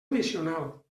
addicional